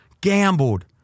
gambled